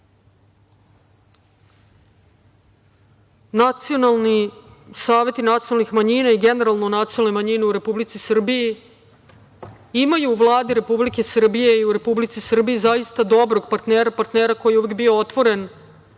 savet nacionalnih manjina i generalno nacionalne manjine u Republici Srbiji imaju u Vladi Republike Srbije i u Republici Srbiji dobrog partnera, partnera koji je uvek bio otvoren